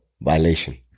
Violation